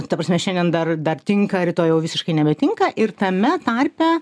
ta prasme šiandien dar dar tinka rytoj jau visiškai nebetinka ir tame tarpe